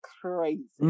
crazy